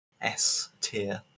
S-tier